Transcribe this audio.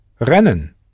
Rennen